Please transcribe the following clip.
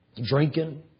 Drinking